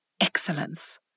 excellence